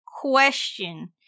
question